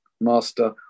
master